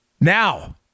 Now